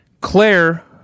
Claire